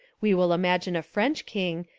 we will imagine a french king,